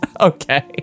Okay